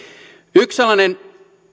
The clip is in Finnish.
yksi sellainen